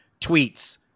tweets